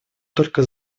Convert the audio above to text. только